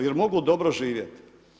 Jer mogu dobro živjeti.